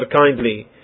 kindly